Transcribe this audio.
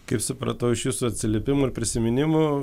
kaip supratau šis jūsų atsiliepimų ir prisiminimų